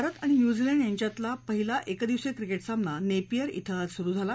भारत आणि न्यूझीलंड यांच्यातला पहिला एकदिवसीय क्रिकेट सामना नेपियर क्वे आज सुरु झाला